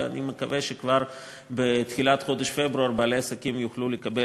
ואני מקווה שכבר בתחילת חודש פברואר בעלי עסקים יוכלו לקבל,